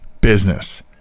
business